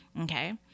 Okay